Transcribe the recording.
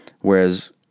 Whereas